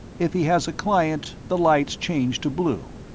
if he has a client, the light's changed to blue,